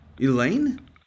Elaine